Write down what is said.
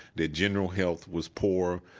their general health was poor,